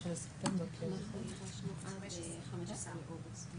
15 באוגוסט.